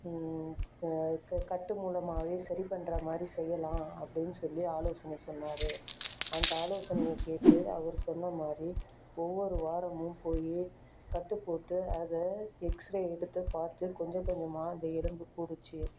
க கட்டு மூலமாகவே சரி பண்ணுற மாதிரி செய்யலாம் அப்படின்னு சொல்லி ஆலோசனை சொன்னார் அந்த ஆலோசனையை கேட்டு அவர் சொன்ன மாதிரி ஒவ்வொரு வாரமும் போய் கட்டுப்போட்டு அதை எக்ஸ்ரே எடுத்து பார்த்து கொஞ்சம் கொஞ்சமாக அந்த எலும்பு கூடிச்சு